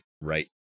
right